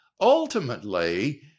ultimately